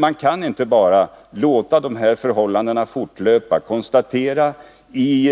Man kan inte bara låta förhållandena fortgå — i